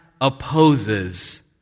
opposes